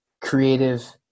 creative